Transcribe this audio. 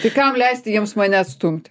tai kam leisti jiems mane atstumti